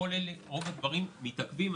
כל הדברים האלה מתעכבים.